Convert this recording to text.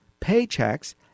Paychecks